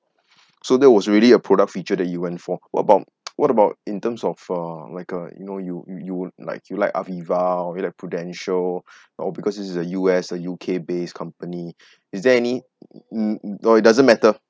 so that was really a product feature that you went for what about what about in terms of uh like uh you know you you like you like Aviva or like Prudential or because it's a U_S uh U_K based company is there any mm or it doesn't matter